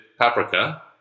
paprika